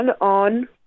on